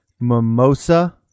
mimosa